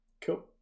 Cool